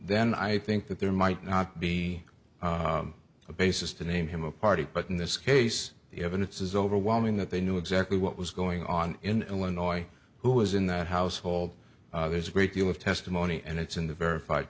then i think that there might not be a basis to name him a party but in this case the evidence is overwhelming that they knew exactly what was going on in illinois who was in that household there's a great deal of testimony and it's in the verified